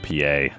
PA